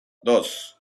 dos